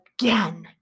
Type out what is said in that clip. again